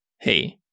hey